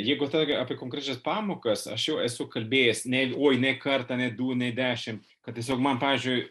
jeigu tokia apie konkrečias pamokas aš jau esu kalbėjęs ne oi ne kartą ne du ne dešimt kad tiesiog man pavyzdžiui